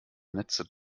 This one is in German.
netze